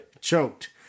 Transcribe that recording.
Choked